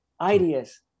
ideas